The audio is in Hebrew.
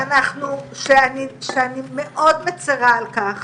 אני מאוד מצרה על כך